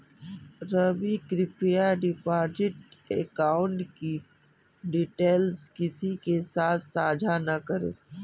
रवि, कृप्या deposit account की details किसी के साथ सांझा न करें